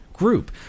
group